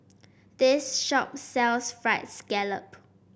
this shop sells fried scallop